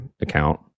account